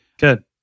good